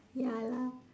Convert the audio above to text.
ya lah